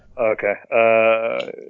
Okay